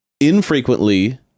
infrequently